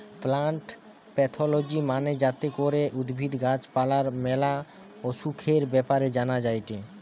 plant pathology মানে যাতে করে উদ্ভিদ, গাছ পালার ম্যালা অসুখের ব্যাপারে জানা যায়টে